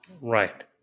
Right